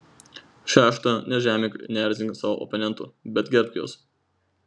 šešta nežemink ir neerzink savo oponentų bet gerbk juos